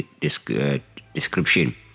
description